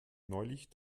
neulich